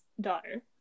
daughter